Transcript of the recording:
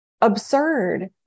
absurd